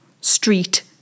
street